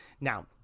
Now